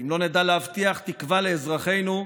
אם לא נדע להבטיח תקווה לאזרחינו,